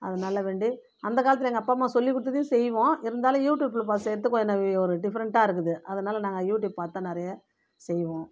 அதனால வேண்டி அந்த காலத்தில் எங்கள் அப்பா அம்மா சொல்லி கொடுத்ததையும் செய்வோம் இருந்தாலும் யூடுயூப்பில் பார்த்து செய்யறதுக்கு ஒரு டிஃபரென்ட்டாக இருக்குது அதனால நாங்கள் யூடுயூப் பார்த்துதான் நிறையா செய்வோம்